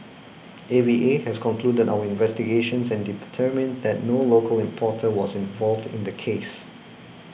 A V A has concluded our investigations and determined that no local importer was involved in the case